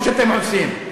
כמו שאתם עושים.